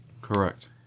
Correct